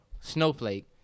snowflake